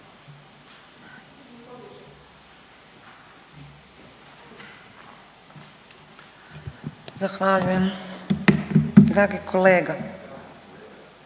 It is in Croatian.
Zahvaljujem.